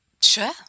Sure